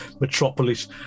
Metropolis